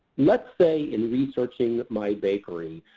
let's say in researching my bakery,